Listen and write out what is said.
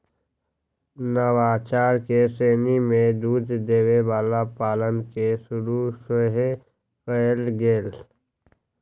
नवाचार के श्रेणी में दूध देबे वला पार्लर के शुरु सेहो कएल गेल